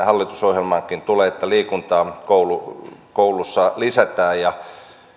hallitusohjelmaankin tulee että liikuntaa koulussa lisätään ja